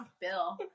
bill